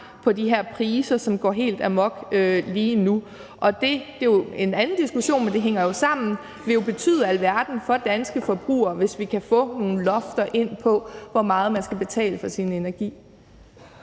de her priser, som går helt amok. Og det – det er en anden diskussion, men det hænger jo sammen – vil jo betyde alverden for de danske forbrugere, hvis vi kan få nogle lofter over, hvor meget man skal betale for sin energi.